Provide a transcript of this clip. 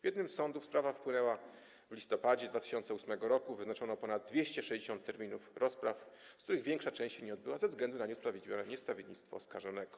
W jednym z sądów sprawa wpłynęła w listopadzie 2008 r., wyznaczono ponad 260 terminów rozpraw, z których większa część się nie odbyła ze względu na nieusprawiedliwione niestawiennictwo oskarżonego.